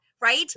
Right